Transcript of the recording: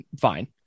fine